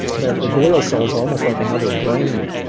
the the glial cells are almost like another brain,